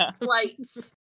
Flights